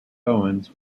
owens